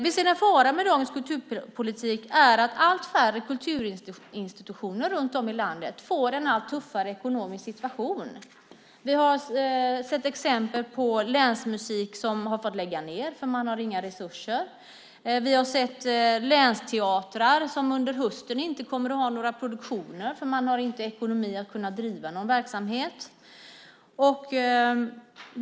Vi ser att en fara med dagens kulturpolitik är att allt fler kulturinstitutioner runt om i landet får en allt tuffare ekonomisk situation. Vi har sett exempel på länsmusik som har fått lägga ned därför att man inte har några resurser. Vi har sett länsteatrar som under hösten inte kommer att ha några produktioner därför att man inte har ekonomi att kunna driva någon verksamhet.